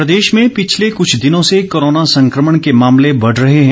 Himachal corona Pradesh में पिछले कुछ दिनों से कोरोना संक्रमण के मामले बढ़ रहे हैं